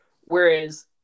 Whereas